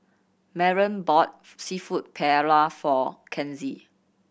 Maren bought Seafood Paella for Kenzie